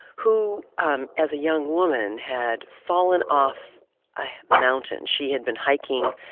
who, um as a young woman, had fallen off a mountain. she had been hiking.